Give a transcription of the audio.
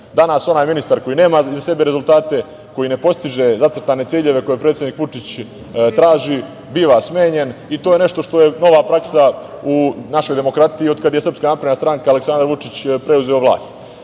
Danas onaj ministar koji nema iza sebe rezultate, koji ne postiže zacrtane ciljeve koje predsednik Vučić traži, biva smenjen i to je nešto što je nova praksa u našoj demokratiji od kada je SNS i Aleksandar Vučić preuzeo vlast.